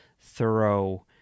thorough